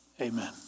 Amen